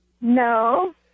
No